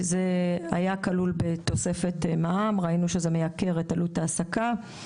זה היה כלול בתוספת מע"מ וראינו שזה מייקר את עלות ההעסקה.